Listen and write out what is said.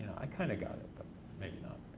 i kinda got it but maybe not.